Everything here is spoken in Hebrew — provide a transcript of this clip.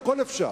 הכול אפשר,